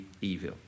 evil